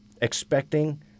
expecting